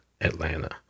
Atlanta